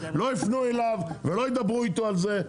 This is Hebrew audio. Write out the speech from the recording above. לא יפנו אליו ולא ידברו איתו על זה.